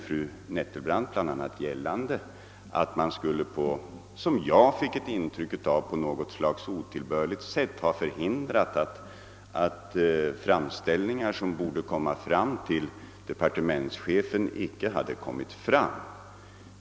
Fru Nettelbrandt gjorde — enligt mitt intryck — bl.a. gällande att man på något slags otillbörligt sätt skulle ha förhindrat att framställningar, som borde komma till departementschefen, inte hade kommit fram.